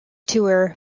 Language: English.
tour